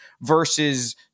versus